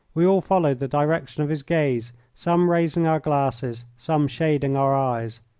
we all followed the direction of his gaze, some raising our glasses some shading our eyes.